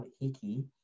Hickey